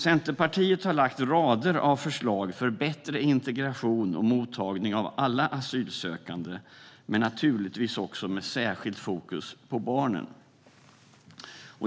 Centerpartiet har lagt rader av förslag för bättre integration och mottagning av alla asylsökande, naturligtvis också med särskilt fokus på barnen.